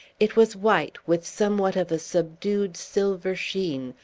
it was white, with somewhat of a subdued silver sheen,